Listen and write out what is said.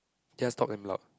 just talk damn loud